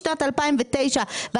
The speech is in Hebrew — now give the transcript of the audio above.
משנת 2009 ו-2010,